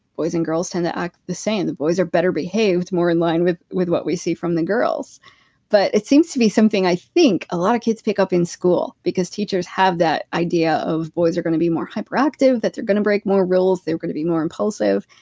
boys and girls tend to act the same. the boys are better behaved, more in line with with what we see from the girls but it seems to be something, i think, a lot of kids pick up in school because teachers have that idea of boys are going to be more hyperactive, that they're going to break more rules, they're going to be more impulsive,